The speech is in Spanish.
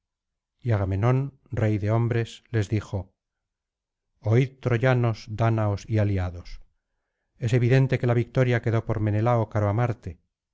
y agamenón rey de hombres les dijo oíd troyanos dárdanos y aliados es evidente que la victoria quedó por menelao caro á marte